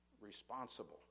responsible